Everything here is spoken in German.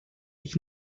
ich